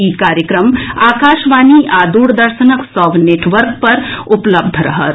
ई कार्यक्रम आकाशवाणी आओर दूरदर्शनक सभ नेटवर्क पर उपलब्ध रहत